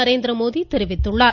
நரேந்திரமோடி தெரிவித்துள்ளார்